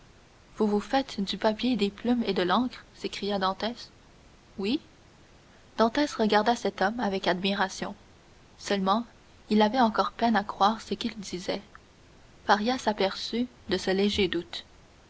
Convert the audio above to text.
vous vous faites du papier des plumes et de l'encre s'écria dantès oui dantès regarda cet homme avec admiration seulement il avait encore peine à croire ce qu'il disait faria s'aperçut de ce léger doute